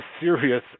serious